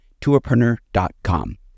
tourpreneur.com